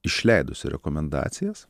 išleidusi rekomendacijas